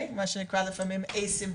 מה שנקרא א-סימפטומטיים,